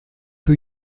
peu